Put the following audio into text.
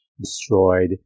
destroyed